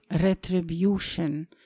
retribution